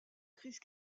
crise